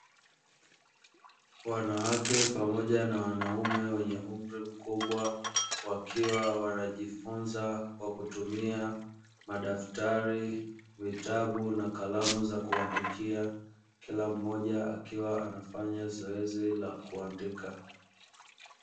Wanawake pamoja na wanaume wenye umri mkubwa, wakiwa wanajifunza kwa kutumia madaftari, vitabu na kalamu za kuandikia, kila mmoja akiwa anafanya zoezi la kuandika.